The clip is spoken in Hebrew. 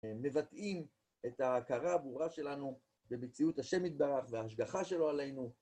מבטאים את ההכרה הברורה שלנו במציאות השם התברך וההשגחה שלו עלינו